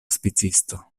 spicisto